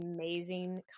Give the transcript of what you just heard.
amazing